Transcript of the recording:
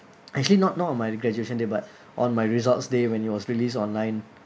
actually not not on my graduation day but on my results day when it was released online